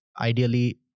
ideally